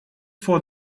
for